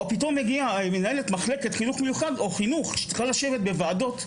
פתאום מגיעה מנהלת מחלקת חינוך מיוחד או חינוך שצריכה לשבת בוועדות,